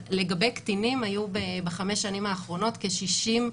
אבל לגבי קטינים היו ב-5 השנים האחרונות כ-60,